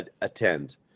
attend